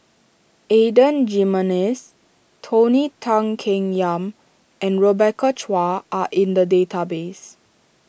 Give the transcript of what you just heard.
Adan Jimenez Tony Tan Keng Yam and Rebecca Chua are in the database